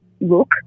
look